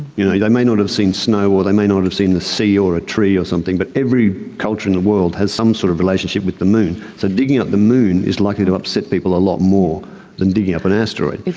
you know they may not have seen snow or they may not have seen the sea or a tree or something, but every culture in the world has some sort of relationship with the moon, so digging up the moon is likely to upset people a lot more than digging up an asteroid.